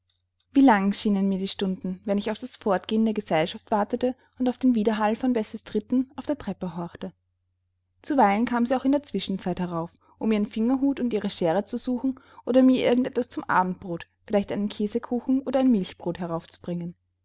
wie lang schienen mir die stunden wenn ich auf das fortgehen der gesellschaft wartete und auf den wiederhall von bessies tritten auf der treppe horchte zuweilen kam sie auch in der zwischenzeit herauf um ihren fingerhut und ihre schere zu suchen oder mir irgend etwas zum abendbrot vielleicht einen käsekuchen oder ein milchbrot